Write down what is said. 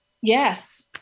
Yes